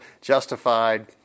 justified